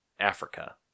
Africa